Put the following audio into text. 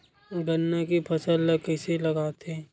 गन्ना के फसल ल कइसे लगाथे?